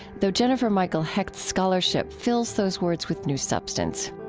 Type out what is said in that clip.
though jennifer michael hecht's scholarship fills those words with new substance.